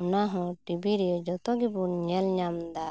ᱚᱱᱟᱦᱚᱸ ᱴᱤᱵᱷᱤ ᱨᱮ ᱡᱚᱛᱚ ᱜᱮᱵᱚᱱ ᱧᱮᱞ ᱧᱟᱢᱫᱟ